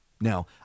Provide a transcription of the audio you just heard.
Now